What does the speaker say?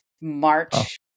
March